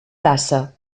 tassa